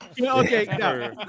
Okay